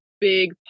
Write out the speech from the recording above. big